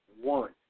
one